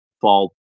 fall